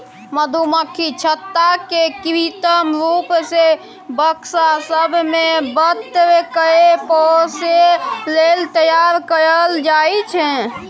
मधुमक्खी छत्ता केँ कृत्रिम रुप सँ बक्सा सब मे बन्न कए पोसय लेल तैयार कयल जाइ छै